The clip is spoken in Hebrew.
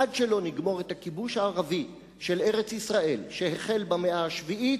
עד שלא נגמור את הכיבוש הערבי של ארץ-ישראל שהחל במאה השביעית,